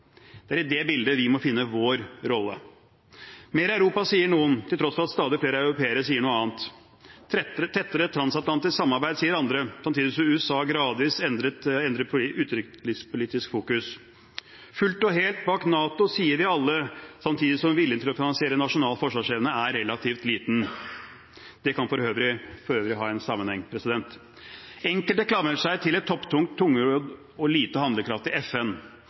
Det er i det bildet vi må finne vår rolle. Mer Europa, sier noen, til tross for at stadig flere europeere sier noe annet. Tettere transatlantisk samarbeid, sier andre, samtidig som USA gradvis endrer utenrikspolitisk fokus. Fullt og helt bak NATO, sier vi alle, samtidig som viljen til å finansiere nasjonal forsvarsevne er relativt liten. Det kan for øvrig ha en sammenheng. Enkelte klamrer seg til et topptungt, tungrodd og lite handlekraftig FN.